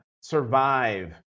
survive